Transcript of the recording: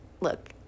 Look –